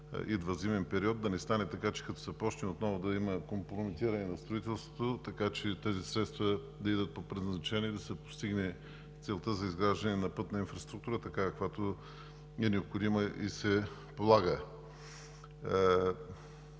идва зимен период и да не стане така, че като се започне отново, да има компрометиране на строителството. Така че тези средства да отидат по предназначение и да се постигне целта за изграждане на пътна инфраструктура такава, каквато е необходима и се полага.